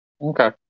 Okay